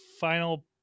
final